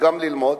וגם ללמוד,